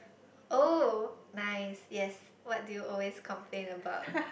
oh nice yes what did you always complain about